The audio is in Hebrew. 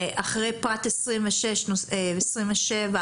אחרי פרט 26 ו-27.